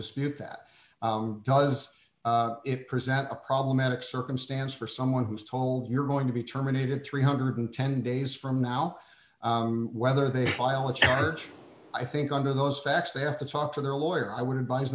dispute that does it present a problematic circumstance for someone who's told you're going to be terminated three hundred and ten days from now whether they file a charge i think under those facts they have to talk to their lawyer i would